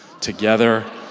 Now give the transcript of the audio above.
together